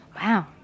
Wow